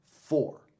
four